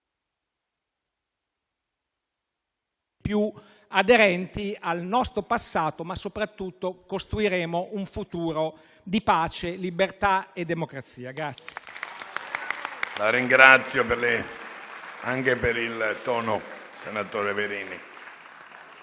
...più aderenti al nostro passato, ma, soprattutto, costruiremo un futuro di pace, libertà e democrazia.